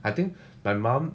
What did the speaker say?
I think my mom